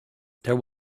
there